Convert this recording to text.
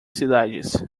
cidades